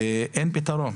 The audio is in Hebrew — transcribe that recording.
ואין פתרון.